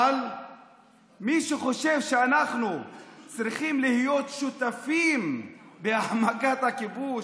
אבל מי שחושב שאנחנו צריכים להיות שותפים בהעמקת הכיבוש,